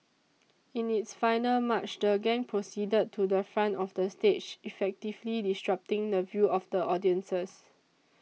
in its final march the gang proceeded to the front of the stage effectively disrupting the view of the audiences